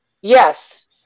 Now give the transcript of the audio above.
Yes